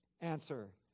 Answer